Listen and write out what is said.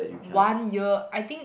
one year I think